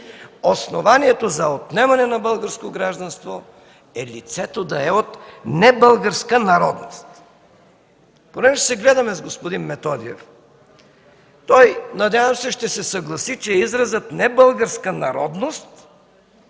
основанието за отнемане на българско гражданство е лицето да е от „небългарска народност”. Понеже се гледаме с господин Методиев – той, надявам се, ще се съгласи, че изразът „небългарска народност”